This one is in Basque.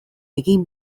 egin